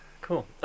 Cool